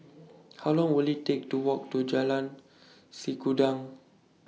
How Long Will IT Take to Walk to Jalan Sikudangan